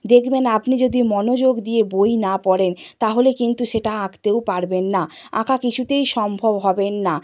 দেখবেন আপনি যদি মনোযোগ দিয়ে বই না পড়েন তাহলে কিন্তু সেটা আঁকতেও পারবেন না আঁকা কিছুতেই সম্ভব হবে না